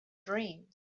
dreams